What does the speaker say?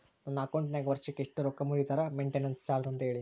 ನನ್ನ ಅಕೌಂಟಿನಾಗ ವರ್ಷಕ್ಕ ಎಷ್ಟು ರೊಕ್ಕ ಮುರಿತಾರ ಮೆಂಟೇನೆನ್ಸ್ ಚಾರ್ಜ್ ಅಂತ ಹೇಳಿ?